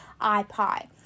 IPie